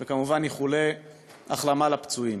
וכמובן, איחולי החלמה לפצועים.